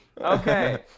okay